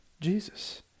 Jesus